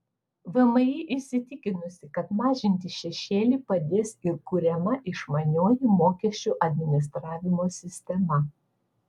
vmi įsitikinusi kad mažinti šešėlį padės ir kuriama išmanioji mokesčių administravimo sistema